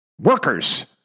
Workers